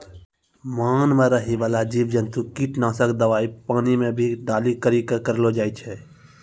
मान मे रहै बाला जिव जन्तु किट नाशक दवाई पानी मे भी डाली करी के करलो जाय छै